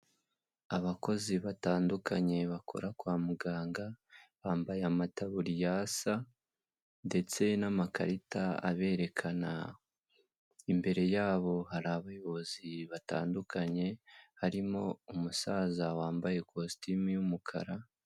Abakozi batandukanye bakora kwa muganga, bambaye amataburiya asa ndetse n'amakarita aberekana, imbere yabo hari abayobozi batandukanye harimo umusaza wambaye kositimu y'umukara